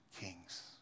Kings